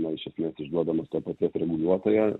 na iš esmės išduodamas to paties reguliuotojo